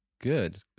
Good